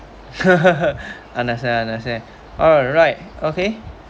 understand understand alright okay